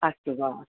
अस्तु वा